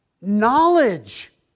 knowledge